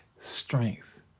Strength